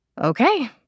Okay